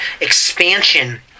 expansion